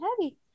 heavy